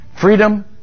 Freedom